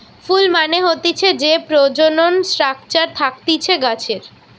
ফুল মানে হতিছে যে প্রজনন স্ট্রাকচার থাকতিছে গাছের